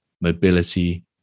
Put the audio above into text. mobility